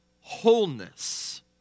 wholeness